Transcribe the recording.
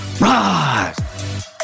rise